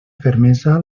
fermesa